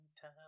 time